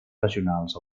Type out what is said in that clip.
regionals